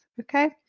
okay